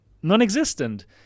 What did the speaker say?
non-existent